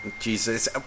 Jesus